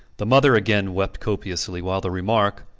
the mother again wept copiously, while the remark,